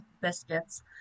biscuits